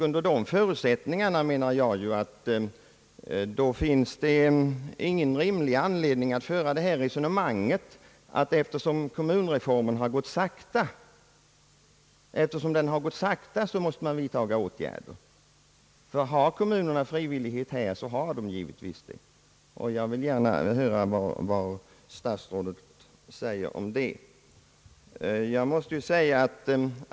Under dessa förutsättningar menar jag att det inte finns någon rimlig anledning att föra det resonemanget att eftersom kommunreformen har gått sakta så måste man vidta åtgärder. Är det sagt att kommunerna skall ha frihet att bestämma härvidlag så har de givetvis det. Jag vill gärna höra vad statsrådet anser om det.